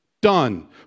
Done